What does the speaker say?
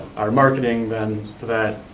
our marketing then for that,